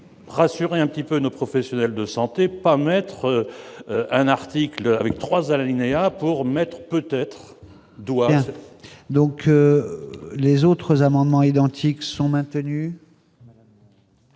rassurer un petit peu nos professionnels de santé pas mettre un article avec 3 alinéa pour mettre peut-être. Donc, donc les autres amendements identiques sont maintenus.